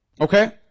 Okay